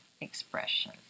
expression